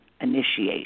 initiation